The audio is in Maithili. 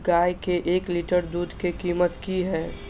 गाय के एक लीटर दूध के कीमत की हय?